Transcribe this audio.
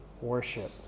worship